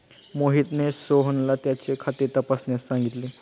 मोहितने सोहनला त्याचे खाते तपासण्यास सांगितले